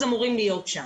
אמורים להיות שם.